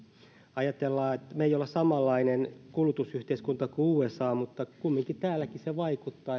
ajatellaan että me emme ole samanlainen kulutusyhteiskunta kuin usa mutta kumminkin täälläkin se vaikuttaa